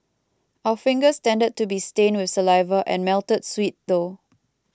our fingers tended to be stained with saliva and melted sweet though